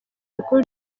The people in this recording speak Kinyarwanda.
rikuru